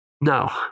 No